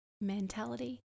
mentality